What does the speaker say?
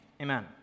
Amen